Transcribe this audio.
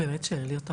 באמת שאין לי אותה.